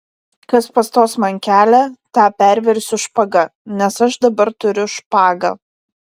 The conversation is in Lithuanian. kas pastos man kelią tą perversiu špaga nes aš dabar turiu špagą